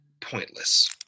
pointless